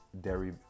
dairy